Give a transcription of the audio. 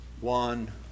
one